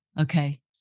Okay